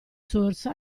source